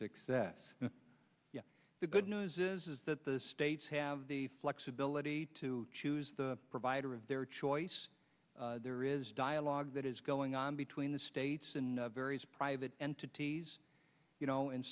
success the good news is that the states have the flexibility to choose the provider of their choice there is dialogue that is going on between the states in various private entities you know and